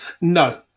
No